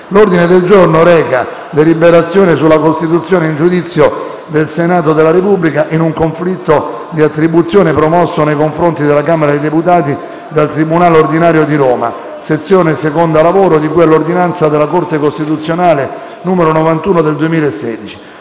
L'ordine del giorno reca la deliberazione sulla costituzione in giudizio del Senato della Repubblica in un conflitto di attribuzione promosso nei confronti della Camera dei deputati dal tribunale ordinario di Roma, sezione seconda lavoro, di cui all'ordinanza della Corte costituzionale n. 91 del 2016.